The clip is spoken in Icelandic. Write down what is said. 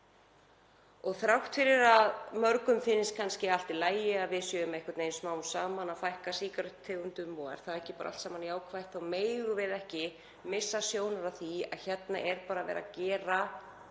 Og þrátt fyrir að mörgum finnist kannski allt í lagi að við séum einhvern veginn smám saman að fækka sígarettutegundum, hvort það sé ekki bara allt saman jákvætt, þá megum við ekki missa sjónar á því að hérna er bara verið að gera